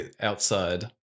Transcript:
outside